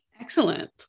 Excellent